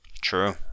True